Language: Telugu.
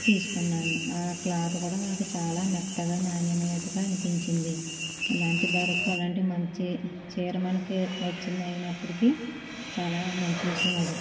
తీసుకున్నాను ఆ క్లాత్ కూడా మనకు చాలా మెత్తగా నాణ్యమైనదిగా అనిపించింది ఇలాంటి ధరకు అలాంటి మంచి చీర మనకు వచ్చింది అయినప్పటికి చాలా మంచి విషయం అది